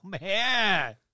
man